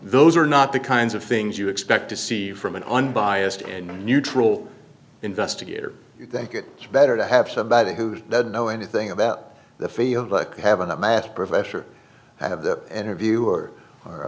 those are not the kinds of things you expect to see from an unbiased and neutral investigator you think it is better to have somebody who is that know anything about the field like having a math professor have the interviewer or